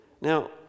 Now